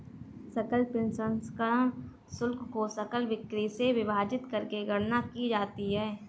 सकल प्रसंस्करण शुल्क को सकल बिक्री से विभाजित करके गणना की जाती है